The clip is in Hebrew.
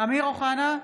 אמיר אוחנה,